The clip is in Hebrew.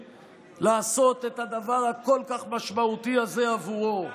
לעשות את הדבר הכל-כך משמעותי הזה עבורו.